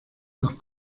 nach